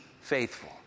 faithful